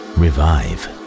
revive